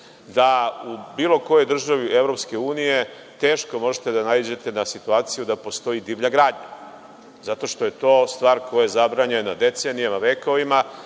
da u bilo kojoj države EU teško možete da naiđete na situaciju da postoji divlja gradnja zato što je to stvar koja je zabranjena decenijama, vekovima,